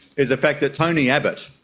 is the fact that tony abbott,